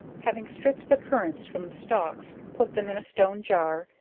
having stripped the currants from the stalks, put them in a stone jar,